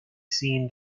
seen